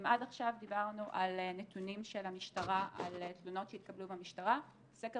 אם עד עכשיו דיברנו על נתונים של המשטרה על תלונות שהתקבלו במשטרה סקר